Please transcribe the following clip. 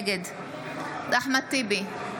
נגד אחמד טיבי,